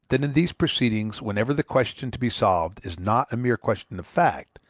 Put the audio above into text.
that in these proceedings, whenever the question to be solved is not a mere question of fact,